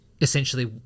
essentially